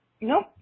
Nope